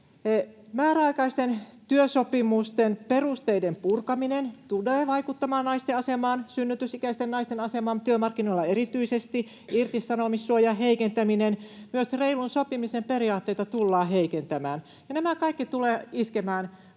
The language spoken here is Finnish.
Määräaikaisten työsopimusten perusteiden purkaminen tulee vaikuttamaan naisten asemaan, erityisesti synnytysikäisten naisten asemaan työmarkkinoilla, irtisanomissuojaa heikennetään, myös reilun sopimisen periaatteita tullaan heikentämään, ja nämä kaikki tulevat iskemään